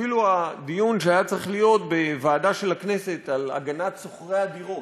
אפילו הדיון שהיה צריך להיות בוועדה של הכנסת על הגנת שוכרי הדירות,